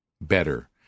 better